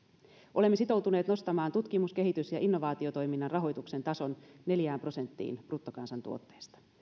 olemme sitoutuneet nostamaan tutkimus kehitys ja innovaatiotoiminnan rahoituksen tason neljään prosenttiin bruttokansantuotteesta